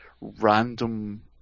random